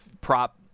prop